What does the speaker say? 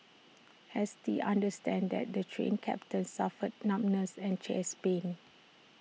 S T understands that the Train Captain suffered numbness and chest pains